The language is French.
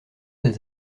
des